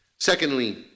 Secondly